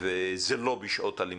וזה לא בשעות הלימוד,